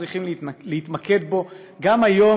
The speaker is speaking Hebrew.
אל האמת ואל מה שאנחנו צריכים להתמקד בו גם היום,